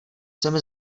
jsem